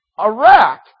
Iraq